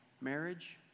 marriage